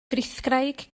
frithgraig